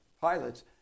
pilots